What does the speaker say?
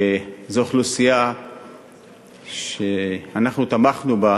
זו אוכלוסייה שאנחנו תמכנו בה,